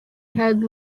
head